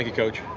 yeah coach.